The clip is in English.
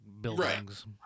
buildings